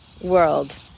world